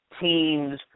teams –